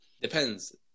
Depends